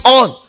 on